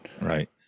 Right